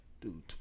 dude